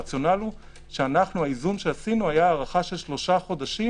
הרציונל הוא שהאיזון שעשינו היה הארכה של שלושה חודשים